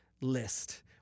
list